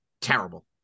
terrible